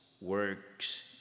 works